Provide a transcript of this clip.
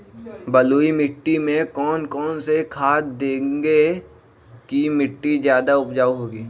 बलुई मिट्टी में कौन कौन से खाद देगें की मिट्टी ज्यादा उपजाऊ होगी?